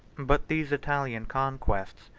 but these italian conquests,